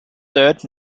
third